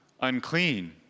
unclean